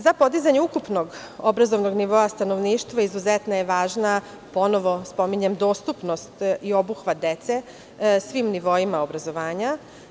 Za podizanje ukupnog obrazovnog nivoa stanovništva izuzetno je važna, ponovo spominjem dostupnost i obuhvat dece u svim nivoima obrazovanja.